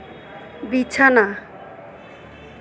বিছানা